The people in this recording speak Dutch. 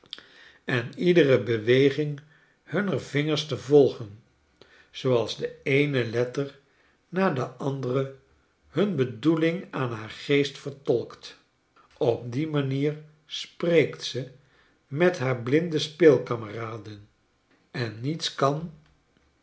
en iedere beweging hunner vingers te volgen zooals de esne letter na de andere hun bedoeling aan haar geest vertolkt op die manier spreekt ze met haar blinde speelkameraden ennietskan